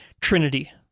Trinity